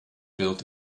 built